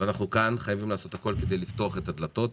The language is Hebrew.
ואנחנו כאן חייבים לעשות הכול כדי לפתוח את הדלתות.